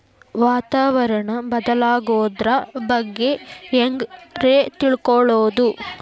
ವಾತಾವರಣ ಬದಲಾಗೊದ್ರ ಬಗ್ಗೆ ಹ್ಯಾಂಗ್ ರೇ ತಿಳ್ಕೊಳೋದು?